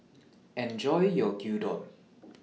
Enjoy your Gyudon